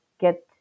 get